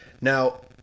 Now